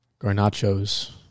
Garnachos